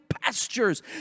pastures